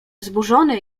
wzburzony